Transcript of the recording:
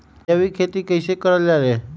जैविक खेती कई से करल जाले?